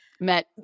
Met